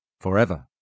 forever